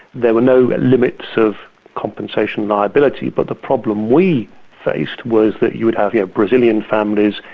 there were no limits of compensation liability, but the problem we faced was that you would have have brazilian families,